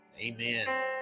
amen